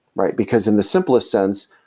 right? because in the simplest sense,